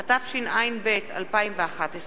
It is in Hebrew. התשע”ב 2011,